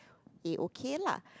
a okay lah